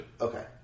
Okay